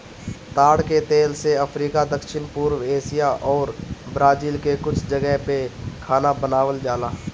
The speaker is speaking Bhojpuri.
ताड़ के तेल से अफ्रीका, दक्षिण पूर्व एशिया अउरी ब्राजील के कुछ जगह पअ खाना बनावल जाला